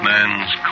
Man's